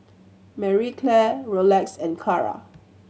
Marie Claire Rolex and Kara